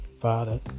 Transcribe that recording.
Father